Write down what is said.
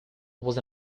was